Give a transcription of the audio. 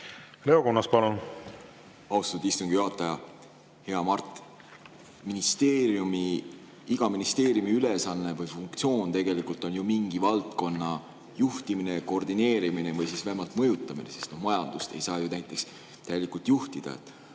Leo Kunnas, palun! Austatud istungi juhataja! Hea Mart! Iga ministeeriumi ülesanne või funktsioon tegelikult on ju mingi valdkonna juhtimine, koordineerimine või siis vähemalt mõjutamine, sest majandust ei saa ju täielikult juhtida.